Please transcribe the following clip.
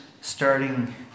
starting